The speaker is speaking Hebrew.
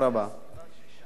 בשלב מסוים,